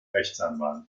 rechtsanwalt